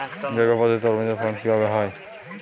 জৈব পদ্ধতিতে তরমুজের ফলন কিভাবে হয়?